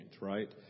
right